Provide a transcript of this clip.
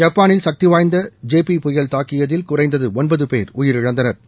ஜப்பானில் சக்தி வாய்ந்த ஜேபி புயல் தாக்கியதில் குறைந்தது ஒன்பது போ் உயிரிழந்தனா்